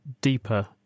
deeper